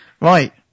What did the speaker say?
Right